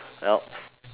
well